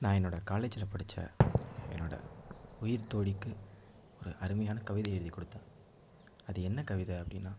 நான் என்னோடு காலேஜில் படித்த என்னோடய உயிர் தோழிக்கு ஒரு அருமையான கவிதை எழுதிக்கொடுத்தேன் அது என்ன கவிதை அப்படின்னா